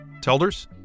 Telders